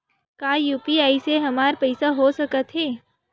का यू.पी.आई से हमर पईसा हो सकत हे?